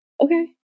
okay